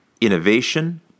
innovation